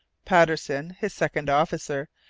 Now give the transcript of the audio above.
patterson, his second officer,